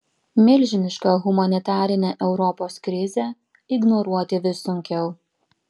milžinišką humanitarinę europos krizę ignoruoti vis sunkiau